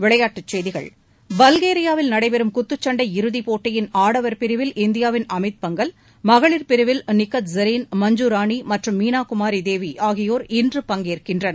விளையாட்டுச்செய்திகள் பல்கேரியாவில் நடைபெறும் குத்துச்சண்டை இறுதிப் போட்டியின் ஆடவர் பிரிவில் இந்தியாவின் அமித் பங்கல்மகளிர் பிரிவில்நிகத் ஜரீன் மஞ்சுராணிமற்றும் மீனாகுமாரிதேவிஆகியோர் இன்று பங்கேற்கின்றனர்